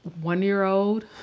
one-year-old